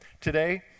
today